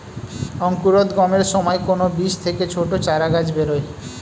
অঙ্কুরোদ্গমের সময় কোন বীজ থেকে ছোট চারাগাছ বেরোয়